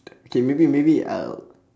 okay maybe maybe uh